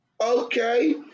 Okay